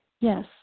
Yes